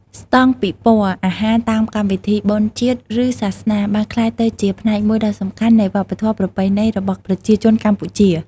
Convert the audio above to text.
ស្តង់ពិព័រណ៍អាហារតាមកម្មវិធីបុណ្យជាតិ ឬសាសនាបានក្លាយទៅជាផ្នែកមួយដ៏សំខាន់នៃវប្បធម៌ប្រពៃណីរបស់ប្រជាជនកម្ពុជា។